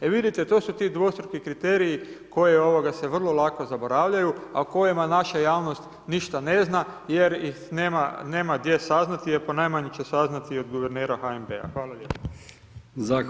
E vidite, to su ti dvostruki kriteriji koji se vrlo lako zaboravljaju, a o kojima naša javnost ništa ne zna jer ih nema gdje saznati, a ponajmanje će saznati od guvernera HNB-a.